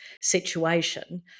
situation